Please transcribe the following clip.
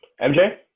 MJ